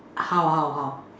how how how